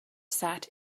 sat